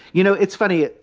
you know, it's funny.